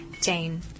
Jane